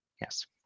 yes